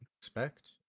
expect